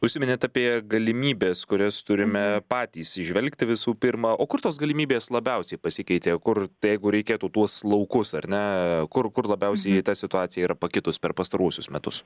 užsiminėt apie galimybes kurias turime patys įžvelgti visų pirma o kur tos galimybės labiausiai pasikeitė kur jeigu reikėtų tuos laukus ar ne kur kur labiausiai ta situacija yra pakitus per pastaruosius metus